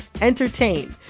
entertain